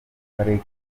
karere